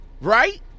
right